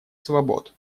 свобод